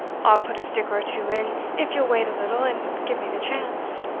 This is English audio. i'll put a stick or two in, if you'll wait a little, and give me the chance.